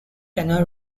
tenor